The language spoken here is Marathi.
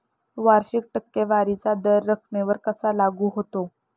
वार्षिक टक्केवारीचा दर रकमेवर कसा लागू होतो?